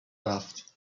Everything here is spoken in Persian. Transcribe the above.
رفت